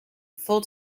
full